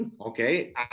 Okay